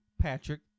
Patrick